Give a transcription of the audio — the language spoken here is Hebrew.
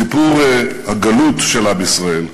בסיפור הגלות של עם ישראל,